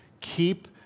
Keep